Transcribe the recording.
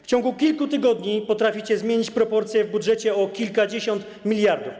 W ciągu kilku tygodni potraficie zmienić proporcję w budżecie o kilkadziesiąt miliardów.